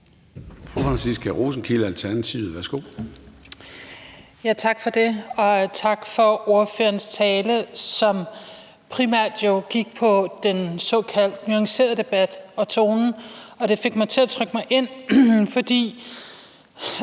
Tak for det. Og tak for ordførerens tale, som primært jo gik på den såkaldt nuancerede debat og tonen, og det fik mig til at trykke mig ind, for